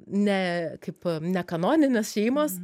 ne kaip ne kanoninės šeimos